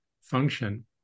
function